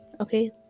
Okay